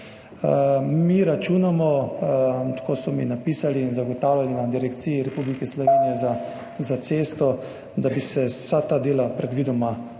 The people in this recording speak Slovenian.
Mi računamo, tako so mi napisali in zagotavljali na direkciji Republike Slovenije za ceste, da bi se vsa ta dela predvidoma